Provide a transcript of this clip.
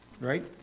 right